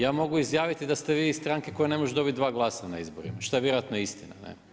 Ja mogu izjaviti da ste vi iz stranke koja ne može dobiti dva glasa na izborima, šta je vjerojatno istina.